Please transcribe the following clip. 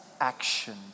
action